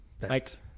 Best